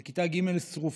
כיתה ג' שרופה.